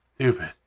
Stupid